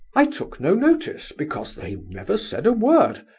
i took no notice, because they never said a word.